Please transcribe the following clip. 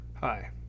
Hi